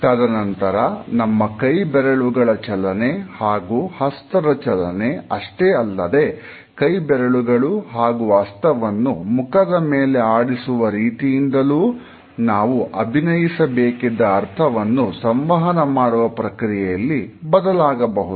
ತದನಂತರ ನಮ್ಮ ಕೈ ಬೆರಳುಗಳ ಚಲನೆ ಹಾಗೂ ಹಸ್ತದ ಚಲನೆ ಅಷ್ಟೇ ಅಲ್ಲದೆ ಕೈಬೆರಳುಗಳು ಹಾಗು ಹಸ್ತವನ್ನು ಮುಖದ ಮೇಲೆ ಆಡಿಸುವ ರೀತಿಯಿಂದಲೂ ನಾವು ಅಭಿನಯಿಸಬೇಕಿದ್ದ ಅರ್ಥವನ್ನು ಸಂವಹನ ಮಾಡುವ ಪ್ರಕ್ರಿಯೆಯಲ್ಲಿ ಬದಲಾಗಬಹುದು